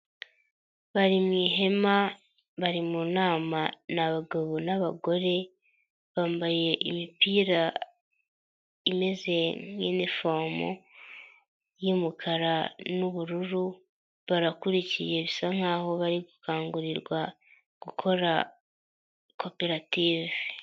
Bari mu ihema, bari mu nama ni abagabo n'abagore bambaye imipira imeze nk'inifomu y'umukara n'ubururu barakurikiye bisa nkaho bari gukangurirwa gukora koperative.